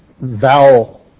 vowel